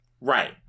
Right